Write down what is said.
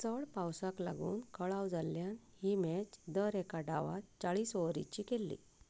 चड पावसाक लागून कळाव जाल्ल्यान ही मॅच दर एका डावांत चाळीस ओव्हरींची केल्ली